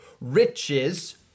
riches